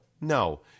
No